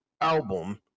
album